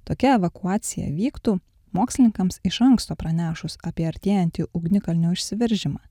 tokia evakuacija vyktų mokslininkams iš anksto pranešus apie artėjantį ugnikalnio išsiveržimą